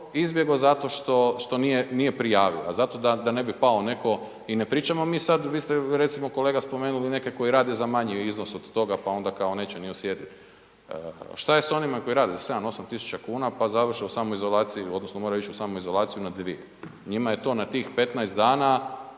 izbjegao zato što nje prijavio, zato da ne bi pao netko i ne pričamo mi sad, vi ste recimo kolega spomenuli neke koji rade za manji iznos od toga pa onda kao neće ni osjetiti. Šta je sa onima koji rade za 7-8.000 kuna pa završe u samoizolaciji odnosno moraju ići u samoizolaciju na 2.000, njima je to na tih 15 dana